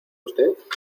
usted